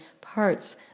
parts